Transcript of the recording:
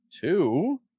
Two